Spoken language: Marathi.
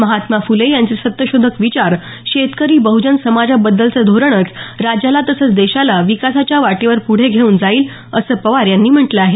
महात्मा फुले यांचे सत्यशोधक विचार शेतकरी बहुजन समाजाबद्दलचं धोरणच राज्याला तसंच देशाला विकासाच्या वाटेवर पुढे घेऊन जाईल असं पवार यांनी म्हटलं आहे